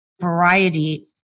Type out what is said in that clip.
variety